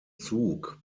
zug